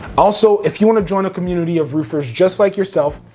also, if you wanna join a community of roofers just like yourself,